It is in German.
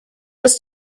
ist